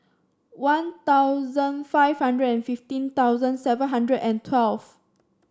One Thousand five hundred and fifteen thousand seven hundred and twelve